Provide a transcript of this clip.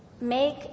Make